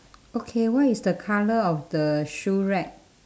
okay what is the colour of the shoe rack